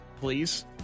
please